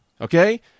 Okay